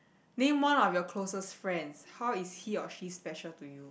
name one of your closest friends how is he or she special to you